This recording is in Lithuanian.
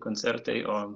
koncertai o